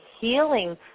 healing